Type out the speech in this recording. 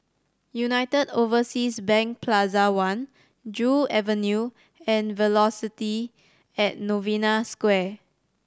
United Overseas Bank Plaza One Joo Avenue and Velocity at Novena Square